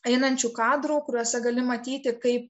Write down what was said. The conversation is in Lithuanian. einančių kadrų kuriuose gali matyti kaip